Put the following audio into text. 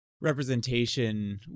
representation